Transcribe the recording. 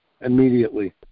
immediately